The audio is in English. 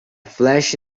flash